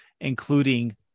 including